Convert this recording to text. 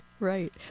Right